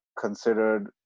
considered